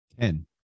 Ten